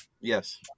Yes